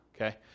Okay